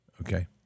Okay